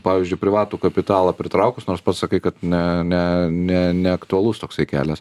pavyzdžiui privatų kapitalą pritraukus nors pats sakai kad ne ne ne neaktualus toksai kelias